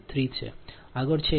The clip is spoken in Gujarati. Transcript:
j0